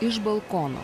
iš balkono